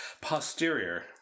posterior